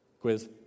quiz